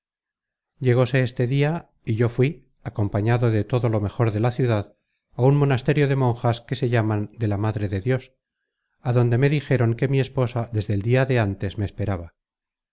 esposa llegóse este dia y yo fuí acompañado de todo lo mejor de la ciudad á un monasterio de monjas que se llaman de la madre de dios á donde me dijeron que mi esposa desde el dia de ántes me esperaba